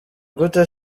gute